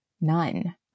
none